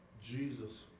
Jesus